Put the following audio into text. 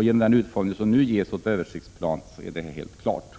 Genom den utformning som nu ges åt översiktsplanen är detta helt klart.